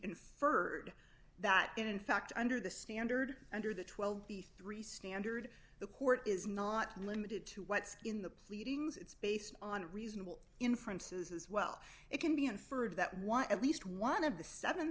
inferred that in fact under the standard under the twelve the three standard the court is not limited to what's in the pleadings it's based on reasonable inferences as well it can be inferred that one at least one of the seven